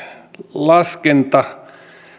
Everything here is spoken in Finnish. laskentalukuihin